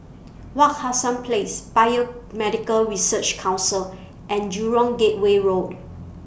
Wak Hassan Place Biomedical Research Council and Jurong Gateway Road